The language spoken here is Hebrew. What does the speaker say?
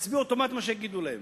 יצביעו אוטומטית מה שיגידו להם.